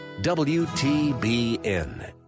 WTBN